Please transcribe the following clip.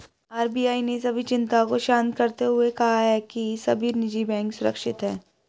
RBI ने सभी चिंताओं को शांत करते हुए कहा है कि सभी निजी बैंक सुरक्षित हैं